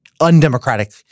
undemocratic